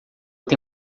tem